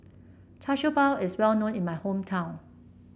Char Siew Bao is well known in my hometown